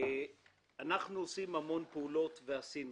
אנחנו עושים המון פעולות, ועשינו.